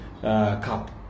Cup